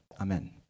Amen